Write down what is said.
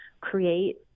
create